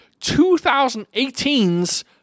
2018's